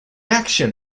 action